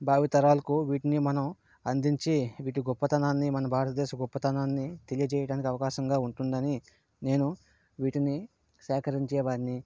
భావితరాలకు వీటిని మనం అందించి వీటి గొప్పతనాన్ని మన భారతదేశ గొప్పతనాన్ని తెలియచేయడానికి అవకాశంగా ఉంటుందని నేను వీటిని సేకరించే వాడిని